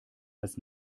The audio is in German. als